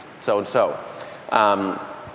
so-and-so